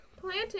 planting